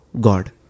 God